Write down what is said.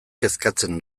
kezkatzen